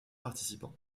participants